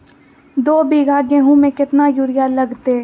दो बीघा गेंहू में केतना यूरिया लगतै?